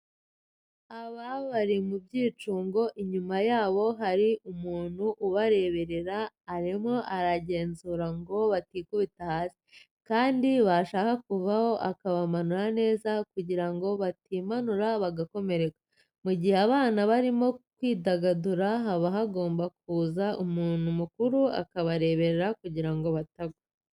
Aba bari mu byicungo, inyuma yabo hari umuntu ubarera arimo arabagenzura ngo batikubita hasi, kandi bashaka kuvaho akabamanura neza kugira ngo batimanura bagakomereka. Mu gihe abana barimo baridagadura, haba hagomba kuza umuntu mukuru akabareberera kugira ngo batagwa.